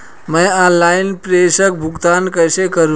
मैं ऑनलाइन प्रेषण भुगतान कैसे करूँ?